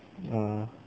uh